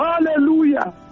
Hallelujah